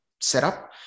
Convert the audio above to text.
setup